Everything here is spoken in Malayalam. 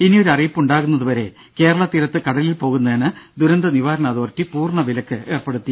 ഇനിയൊരറിയിപ്പ് ഉണ്ടാകുന്നതുവരെ കേരള തീരത്ത് കടലിൽ പോകുന്നതിന് ദുരന്ത നിവാരണ അതോറിറ്റി പൂർണ്ണ വിലക്ക് ഏർപ്പെടുത്തി